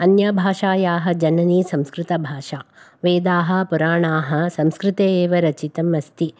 अन्या भाषायाः जननी संस्कृतभाषा वेदाः पुराणाः संस्कृते एव रचितम् अस्ति